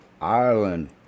Ireland